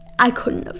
i couldn't